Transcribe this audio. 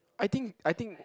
I think I think